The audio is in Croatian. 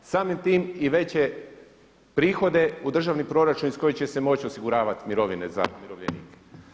Samim tim i veće prihode u državni proračun iz kojeg će se moći osiguravati mirovine za umirovljenike.